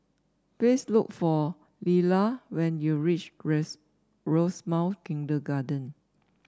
please look for Lella when you reach grace Rosemount Kindergarten